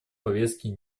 повестки